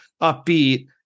upbeat